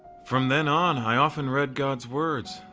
from then on, i often read god's words,